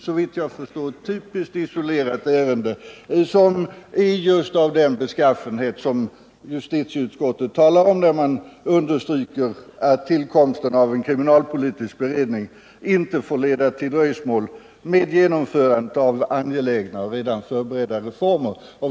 Såvitt jag förstår är det ett typiskt isolerat ärende, som är av just den beskaffenhet som justitieutskottet anför när utskottet understryker att tillkomsten av en kriminalpolitisk beredning inte får leda till dröjsmål med genomförandet av angelägna och redan förberedda reformer.